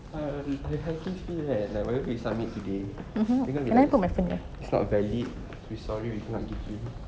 I ugh we submit today it's not valid so sorry we cannot give you